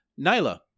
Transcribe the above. Nyla